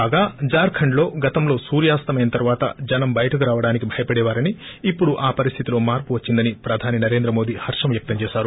కాగా జార్టండ్లో గతంలో సూర్తాస్తమయం తర్వాత జనం బయటకు రావడానికి భయపడేవారని ఇప్పుడు ఆ పరిస్లితిలో మార్పు వచ్చిందని ప్రధాని నరేంద్ర మోదీ హర్షం వ్యక్తం చేశారు